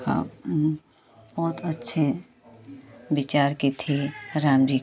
और बहुत अच्छे विचार के थे राम जी